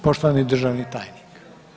Poštovani državni tajnik.